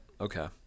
Okay